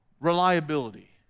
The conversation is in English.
Reliability